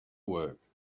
work